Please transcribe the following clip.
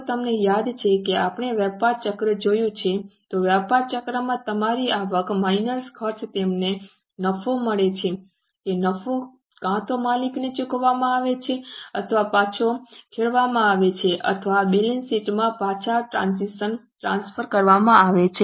જો તમને યાદ છે કે આપણે વ્યાપાર ચક્ર જોયું છે તો વ્યાપાર ચક્રમાં તમારી આવક માઈનસ ખર્ચ તમને નફો મળે છે કે નફો કાં તો માલિકોને ચૂકવવામાં આવે છે અથવા પાછો ખેડવામાં આવે છે અથવા બેલેન્સ શીટમાં પાછા ટ્રાન્સફર કરવામાં આવે છે